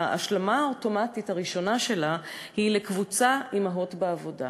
ההשלמה האוטומטית הראשונה שלה היא לקבוצת "אימהות בעבודה".